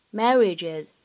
marriages